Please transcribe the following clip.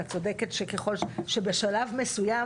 ואת צודקת שבשלב מסוים,